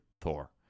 Thor